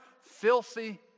filthy